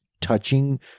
touching